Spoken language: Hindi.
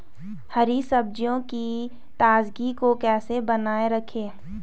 हरी सब्जियों की ताजगी को कैसे बनाये रखें?